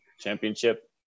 championship